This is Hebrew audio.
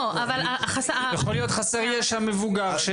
יכול להיות חסר ישע מבוגר.